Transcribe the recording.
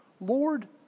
Lord